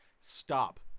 stop